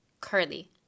curly